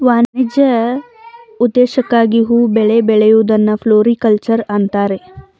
ವಾಣಿಜ್ಯ ಉದ್ದೇಶಕ್ಕಾಗಿ ಹೂ ಬೆಳೆ ಬೆಳೆಯೂದನ್ನು ಫ್ಲೋರಿಕಲ್ಚರ್ ಅಂತರೆ